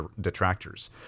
detractors